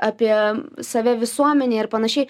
apie save visuomenėj ir panašiai